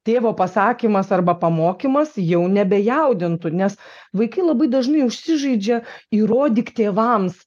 tėvo pasakymas arba pamokymas jau nebejaudintų nes vaikai labai dažnai užsižaidžia įrodyk tėvams